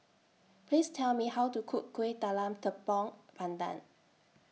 Please Tell Me How to Cook Kuih Talam Tepong Pandan